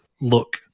look